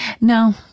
no